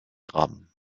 grammes